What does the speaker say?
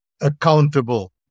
accountable